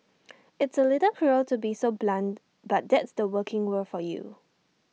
it's A little cruel to be so blunt but that's the working world for you